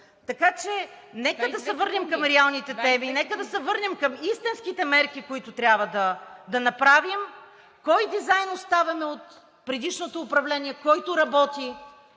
Така че нека да се върнем към реалните теми, нека да се върнем към истинските мерки, които трябва да направим кой дизайн оставаме от предишното управление, който работи,